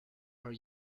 are